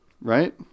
right